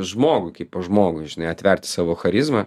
žmogui kaipo žmogui atverti savo charizmą